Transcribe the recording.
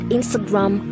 Instagram